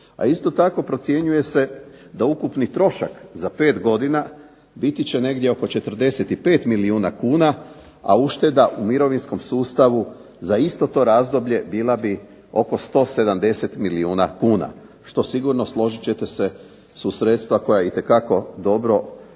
a isto ako procjenjuje se da ukupni trošak za 5 godina biti će negdje oko 45 milijuna kuna, a ušteda u mirovinskom sustavu za isto to razdoblje bila bi oko 170 milijuna kuna, što sigurno složit ćete se su sredstva koja itekako dobro će